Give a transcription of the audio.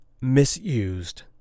misused